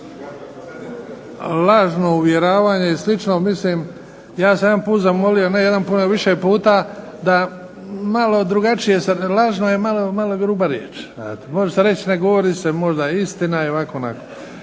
lažno uvjeravanje i slično, mislim ja sam jednom zamolio ne jedan puta, nego više puta, da malo drugačije, lažno je malo gruba riječ. Može se reći ne govori se istina, ovako, onako.